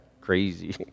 crazy